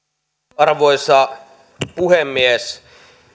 arvoisa puhemies täytyy